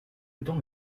temps